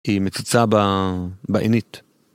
היא מציצה בעינית.